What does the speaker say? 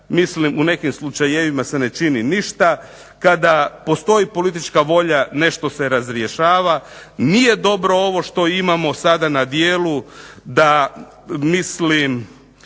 mislim u nekim slučajevima se ne čini ništa, kada postoji politička volja nešto se razrješava, nije dobro ovo što imamo sada na djelu, da mislim